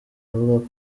avuga